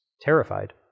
terrified